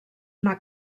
una